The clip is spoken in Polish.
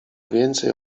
więcej